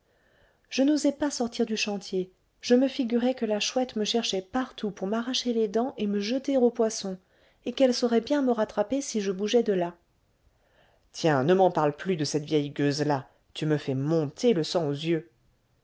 je n'osais pas sortir du chantier je me figurais que la chouette me cherchait partout pour m'arracher les dents et me jeter aux poissons et qu'elle saurait bien me rattraper si je bougeais de là tiens ne m'en parle plus de cette vieille gueuse là tu me fais monter le sang aux yeux